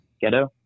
Ghetto